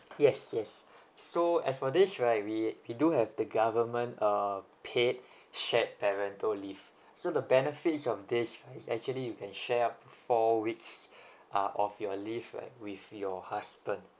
yes yes so as for this right we we do have the government uh paid shared parental leave so the benefits of this right is actually you can share up to four weeks uh of your leave right with your husband